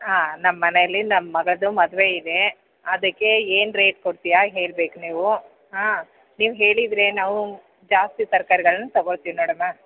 ಹಾಂ ನಮ್ಮನೇಲಿ ನಮ್ಮ ಮಗಂದು ಮದುವೆ ಇದೆ ಅದಕ್ಕೆ ಏನು ರೇಟ್ ಕೊಡ್ತೀಯಾ ಹೇಳ್ಬೇಕು ನೀವು ಹಾಂ ನೀವು ಹೇಳಿದರೆ ನಾವು ಜಾಸ್ತಿ ತರ್ಕಾರಿಗಳನ್ನು ತಗೋಳ್ತೀವಿ ನೋಡಮ್ಮ